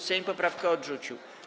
Sejm poprawkę odrzucił.